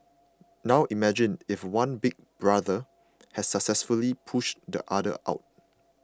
now imagine if one Big Brother has successfully pushed the other out